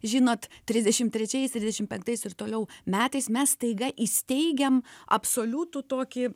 žinot trisdešim trečiais trisdešim penktais ir toliau metais mes staiga įsteigiam absoliutų tokį